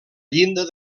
llinda